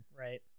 right